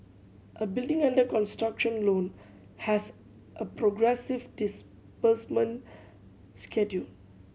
a building under construction loan has a progressive disbursement schedule